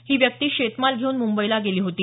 ही व्यक्ती शेतमाल घेऊन मुंबईला गेली होती